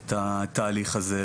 את התהליך הזה.